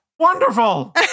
Wonderful